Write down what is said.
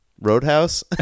Roadhouse